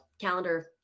calendar